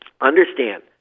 Understand